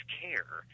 care